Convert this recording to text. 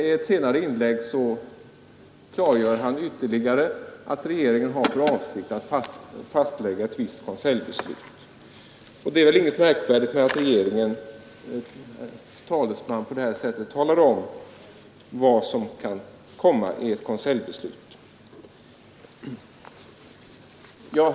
I ett senare inlägg klargör herr Wickman ytterligare att regeringen har för avsikt att fastlägga ett visst konseljbeslut. Det är väl inte något märkligt att regeringens talesman på detta sätt talar om vad som kan komma att ske i ett konseljbeslut.